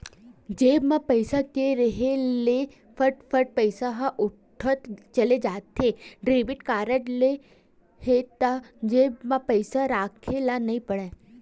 जेब म पइसा के रेहे ले फट फट पइसा ह उठत चले जाथे, डेबिट कारड हे त जेब म पइसा राखे ल नइ परय